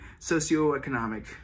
socioeconomic